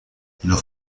los